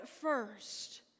first